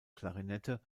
klarinette